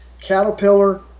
Caterpillar